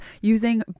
using